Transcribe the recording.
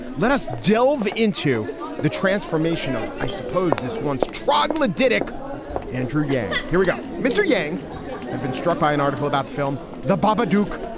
let us delve into the transformation of, i suppose, this once troglodyte liddick andrew yang. here we go. mr. yang had been struck by an article about the film the baba duke,